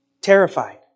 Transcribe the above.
terrified